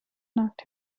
knocked